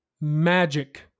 magic